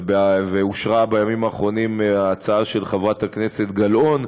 ואושרה בימים האחרונים ההצעה של חברת הכנסת גלאון,